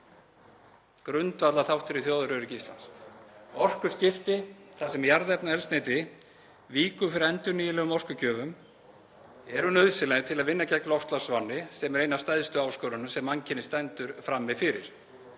grundvallarþáttur í þjóðaröryggi Íslands. Orkuskipti, þar sem jarðefnaeldsneyti víkur fyrir endurnýjanlegum orkugjöfum, eru nauðsynleg til að vinna gegn loftslagsvánni sem er ein af stærstu áskorunum sem mannkynið stendur frammi fyrir.